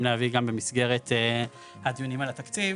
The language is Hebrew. להביא גם במסגרת הדיונים על התקציב.